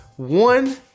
One